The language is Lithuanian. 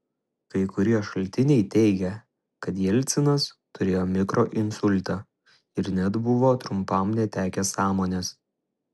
kai kurie šaltiniai teigia kad jelcinas turėjo mikroinsultą ir net buvo trumpam netekęs sąmonės